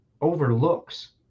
overlooks